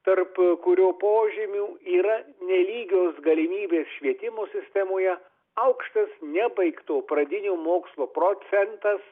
tarp kurio požymių yra nelygios galimybės švietimo sistemoje aukštas nebaigto pradinio mokslo procentas